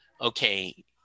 Okay